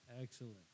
Excellent